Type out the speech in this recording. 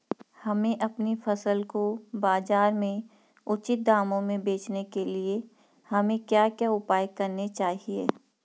हमें अपनी फसल को बाज़ार में उचित दामों में बेचने के लिए हमें क्या क्या उपाय करने चाहिए?